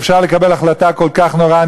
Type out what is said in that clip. אפשר לקבל החלטה כל כך נוראה.